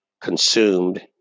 consumed